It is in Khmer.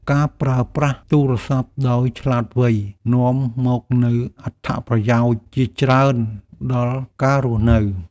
ការប្រើប្រាស់ទូរស័ព្ទដោយឆ្លាតវៃ នាំមកនូវអត្ថប្រយោជន៍ជាច្រើនដល់ការរស់នៅ។